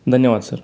धन्यवाद सर